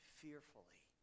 fearfully